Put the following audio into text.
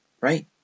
Right